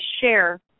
share